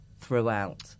throughout